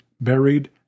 buried